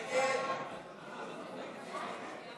ההסתייגות של